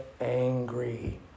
angry